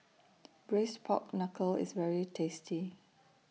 Braised Pork Knuckle IS very tasty